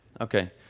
Okay